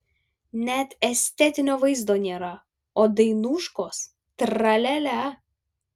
net estetinio vaizdo nėra o dainuškos tra lia lia